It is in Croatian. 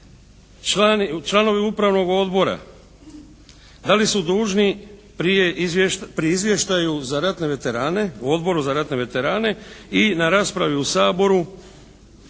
članovi Upravnog odbora, da li su dužni pri izvještaju za ratne veterane u Odboru za ratne veterane i na raspravi u Saboru